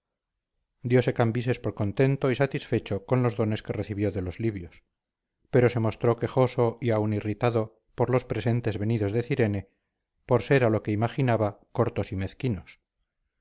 vencedor diose cambises por contento y satisfecho con los dones que recibió de los libios pero se mostró quejoso y aun irritado por los presentes venidos de cirone por ser a lo que imaginaba cortos y mezquinos